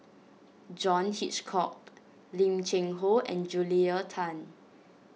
John Hitchcock Lim Cheng Hoe and Julia Tan